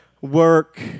work